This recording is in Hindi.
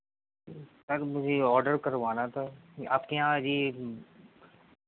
सर मुझे ऑर्डर करवाना था ये आपके यहाँ ये